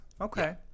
Okay